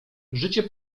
życie